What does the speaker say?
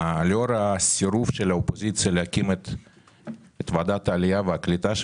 לאור הסירוב של האופוזיציה להקים את ועדת העלייה והקליטה,